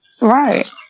Right